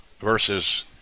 versus